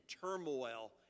turmoil